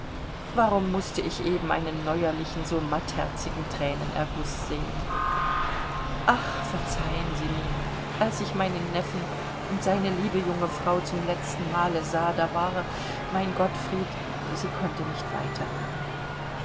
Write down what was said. warum mußte ich eben einen neuerlichen so mattherzigen thränenerguß sehen ach verzeihen sie mir als ich meinen neffen und seine liebe junge frau zum letzten male sah da war mein gottfried sie konnte nicht